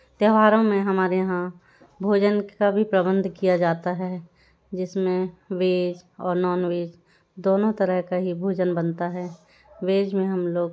त्यौहारों में हमारे यहाँ भोजन का भी प्रबन्ध किया जाता है जिसमें वेज और नॉन वेज दोनों तरह का ही भोजन बनता है वेज में हम लोग